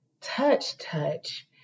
touch-touch